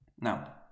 Now